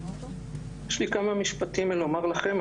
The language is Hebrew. יש לי כמה משפטים לומר לכם,